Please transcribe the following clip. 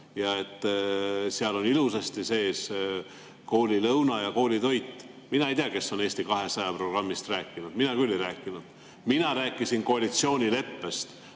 kuigi seal on ilusasti sees koolilõuna ja koolitoit. Mina ei tea, kes on Eesti 200 programmist rääkinud, mina küll ei rääkinud. Mina rääkisin koalitsioonileppest.